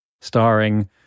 starring